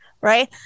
right